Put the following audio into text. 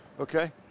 Okay